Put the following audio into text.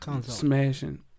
smashing